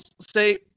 say